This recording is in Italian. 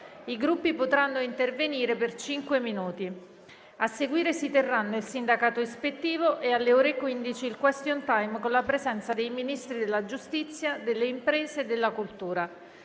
I Gruppi potranno intervenire per cinque minuti. A seguire si terranno il sindacato ispettivo e, alle ore 15, il *question time* con la presenza dei Ministri della giustizia, delle imprese e della cultura.